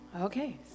Okay